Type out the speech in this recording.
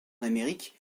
amérique